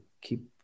keep